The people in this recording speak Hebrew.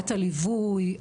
את הליווי,